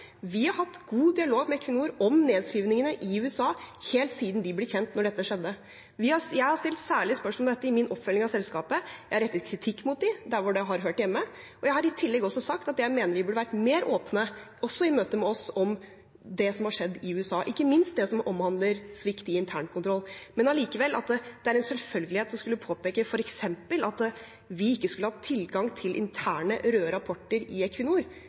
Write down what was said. vi har hatt god dialog med Equinor om nedskrivningene i USA helt siden de ble kjent, da dette skjedde. Jeg har stilt særlige spørsmål om dette i min oppfølging av selskapet. Jeg har rettet kritikk mot dem der det har hørt hjemme. Jeg har i tillegg sagt at jeg mener de burde vært mer åpne, også i møter med oss, om det som har skjedd i USA, ikke minst det som omhandler svikt i internkontroll. Men allikevel, at det er en selvfølgelighet å skulle påpeke f.eks. at vi ikke skulle ha hatt tilgang til interne, røde rapporter i